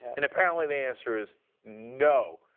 and apparently the answer is no.